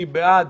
מי בעד?